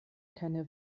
keine